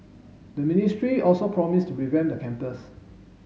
the ministry also promised to revamp the campus